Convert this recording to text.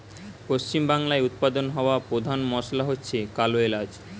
পশ্চিমবাংলায় উৎপাদন হওয়া পোধান মশলা হচ্ছে কালো এলাচ